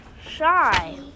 Shy